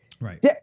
Right